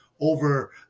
over